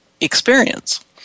experience